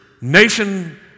Nation